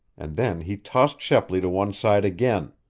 and then he tossed shepley to one side again.